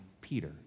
Peter